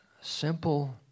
simple